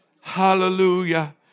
Hallelujah